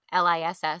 LISS